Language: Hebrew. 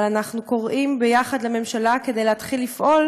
אנחנו קוראים ביחד לממשלה להתחיל לפעול